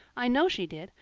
i know she did,